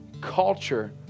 culture